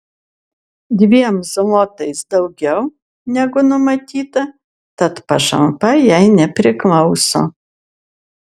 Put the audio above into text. dviem zlotais daugiau negu numatyta tad pašalpa jai nepriklauso